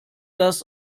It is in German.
das